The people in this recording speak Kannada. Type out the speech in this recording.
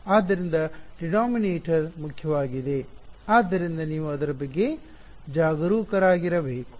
ಆದ್ದರಿಂದ ಡಿನಾಮಿನೇಟರ್ ಮುಖ್ಯವಾಗಿದೆ ಆದ್ದರಿಂದ ನೀವು ಅದರ ಬಗ್ಗೆ ಜಾಗರೂಕರಾಗಿರಬೇಕು